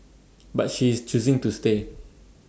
but she is choosing to stay